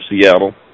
Seattle